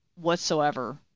whatsoever